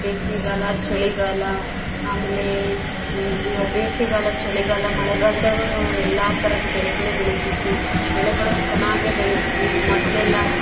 ಬೇಸಿಗೆಗಾಲ ಚಳಿಗಾಲ ಆಮೇಲೆ ಬೇಸಿಗೆಗಾಲ ಚಳಿಗಾಲ ಮಳೆಗಾಲದಾಗಲೂ ಎಲ್ಲಾ ಥರದ ಬೆಳೆಗಳು ಬೆಳೀತಿದ್ವಿ ಬೆಳೆಗಳು ಚೆನ್ನಾಗಿ ಬೆಳೀತಿದ್ವಿ ಮೊದ್ಲೆಲ್ಲ